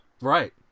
Right